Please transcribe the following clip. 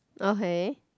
okay